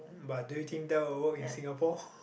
but do you think that will work in Singapore